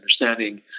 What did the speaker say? understanding